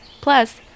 Plus